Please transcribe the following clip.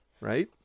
right